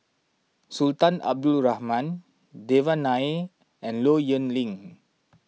Sultan Abdul Rahman Devan Nair and Low Yen Ling